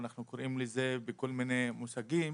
אנחנו קוראים לזה בכל מיני מושגים